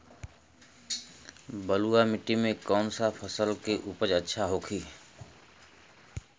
बलुआ मिट्टी में कौन सा फसल के उपज अच्छा होखी?